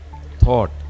thought